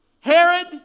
Herod